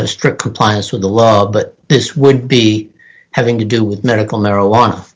have strict compliance with the law but this would be having to do with medical marijuana